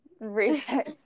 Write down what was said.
research